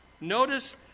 Notice